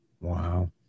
Wow